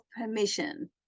permission